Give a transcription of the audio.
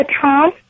Tom